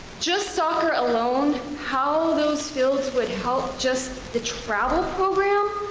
just soccer alone, how those fields would help just the travel program,